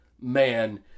man